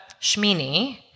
Shmini